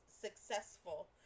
successful